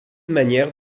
manière